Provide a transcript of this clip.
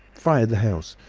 fired the house.